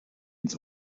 ins